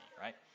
right